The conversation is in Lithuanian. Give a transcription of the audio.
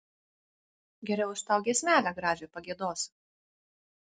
geriau aš tau giesmelę gražią pagiedosiu